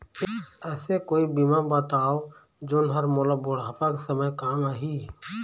ऐसे कोई बीमा बताव जोन हर मोला बुढ़ापा के समय काम आही?